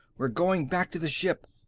we're going back to the ship!